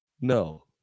No